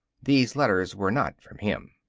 these letters were not from him.